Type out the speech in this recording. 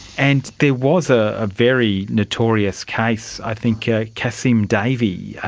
and there was a very notorious case, i think ah kasim davey,